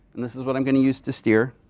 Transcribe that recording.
and this is what i'm going to use to steer.